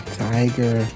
tiger